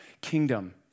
kingdom